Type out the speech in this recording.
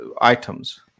items